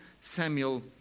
Samuel